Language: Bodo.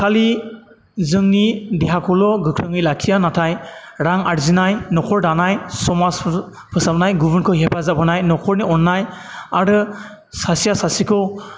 खालि जोंनि देहाखौल' गोख्रोङै लाखिया नाथाय रां आरजिनाय नखर दानाय समाज फोसा फोसाबनाय गुबुनखौ हेफाजाब होनाय नखरनि अननाय आरो सासेया सासेखौ